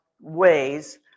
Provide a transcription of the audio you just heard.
ways